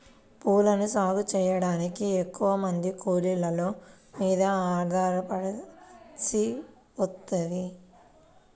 పూలను సాగు చెయ్యడానికి ఎక్కువమంది కూలోళ్ళ మీద ఆధారపడాల్సి వత్తది